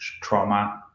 trauma